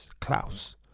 Klaus